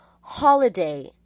holiday